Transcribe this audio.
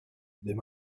there